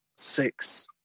Six